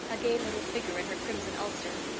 a gay little figure in her crimson ulster.